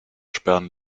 sperren